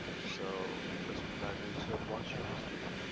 so let's dive into the blockchain history.